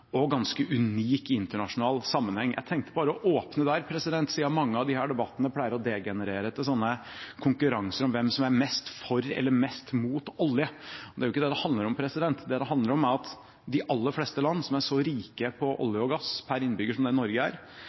og ganske unik i internasjonal sammenheng. Jeg tenker bare å åpne der, siden mange av disse debattene pleier å degenere til konkurranser om hvem som er mest for eller mest mot olje. Det er jo ikke det det handler om. Det det handler om, er at de aller fleste land som er så rike på olje og gass per innbygger som det Norge er,